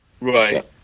Right